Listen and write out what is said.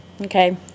okay